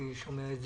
זה